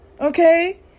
okay